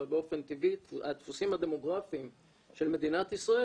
אבל באופן טבעי הדפוסים הדמוגרפיים של מדינת ישראל